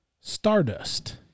Stardust